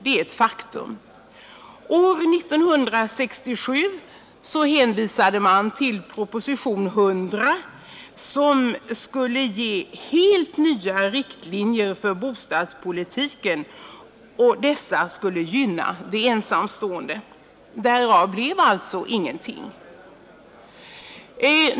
År 1967 hänvisade man till propositionen 100, som skulle ge helt nya riktlinjer för bostadspolitiken — och dessa skulle gynna de ensamstående. Därav blev alltså ingenting.